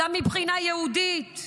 גם מבחינה יהודית,